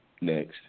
next